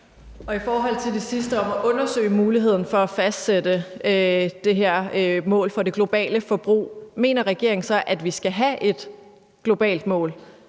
I forhold til det sidste om at undersøge muligheden for at fastsætte det her mål for det globale forbrug vil jeg spørge, om regeringen så mener, at vi skal have et globalt mål.